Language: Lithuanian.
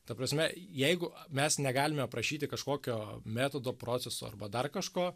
ta prasme jeigu mes negalime aprašyti kažkokio metodo proceso arba dar kažko